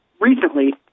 recently